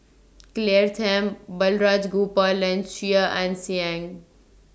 Claire Tham Balraj Gopal and Chia Ann Siang